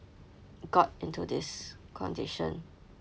got into this condition